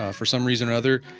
ah for some reason or other,